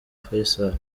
faisal